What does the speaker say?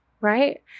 right